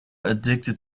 addicted